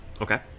okay